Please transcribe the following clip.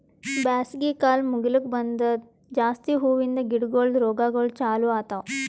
ಬ್ಯಾಸಗಿ ಕಾಲ್ ಮುಗಿಲುಕ್ ಬಂದಂಗ್ ಜಾಸ್ತಿ ಹೂವಿಂದ ಗಿಡಗೊಳ್ದು ರೋಗಗೊಳ್ ಚಾಲೂ ಆತವ್